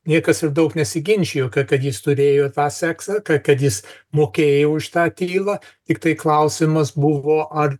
niekas ir daug nesiginčijo kad jis turėjo tą seksą kad jis mokėjo už tą tylą tiktai klausimas buvo ar